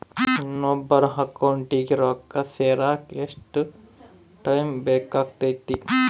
ಇನ್ನೊಬ್ಬರ ಅಕೌಂಟಿಗೆ ರೊಕ್ಕ ಸೇರಕ ಎಷ್ಟು ಟೈಮ್ ಬೇಕಾಗುತೈತಿ?